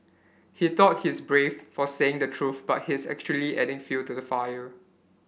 he thought he's brave for saying the truth but he's actually adding fuel to the fire